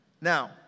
Now